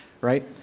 right